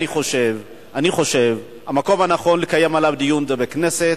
אני חושב שהמקום הנכון לקיים על זה דיון הוא בכנסת.